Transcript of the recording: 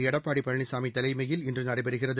எடப்பாடி பழனிசாமி தலைமையில் இன்று நடைபெறகிறது